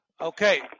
Okay